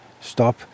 stop